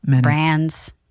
brands